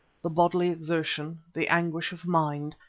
the bodily exertion, the anguish of mind,